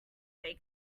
they